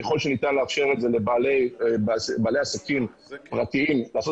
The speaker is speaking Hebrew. ככל שניתן לאפשר את זה לבעלי עסקים פרטיים לעשות